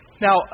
Now